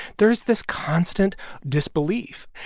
there's this constant disbelief.